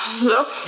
Look